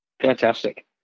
Fantastic